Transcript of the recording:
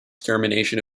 extermination